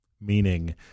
meaning